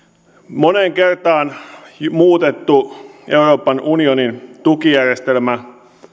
moneen kertaan muutettu euroopan unionin tukijärjestelmä